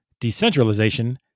decentralization